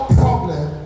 problem